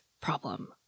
problem